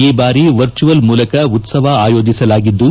ಈ ಬಾರಿ ವರ್ಚುವಲ್ ಮೂಲಕ ಉತ್ಸವ ಆಯೋಜಸಲಾಗಿದ್ದು